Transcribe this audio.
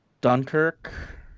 Dunkirk